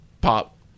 pop